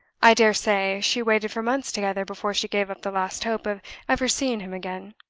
i dare say she waited for months together before she gave up the last hope of ever seeing him again.